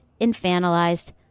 infantilized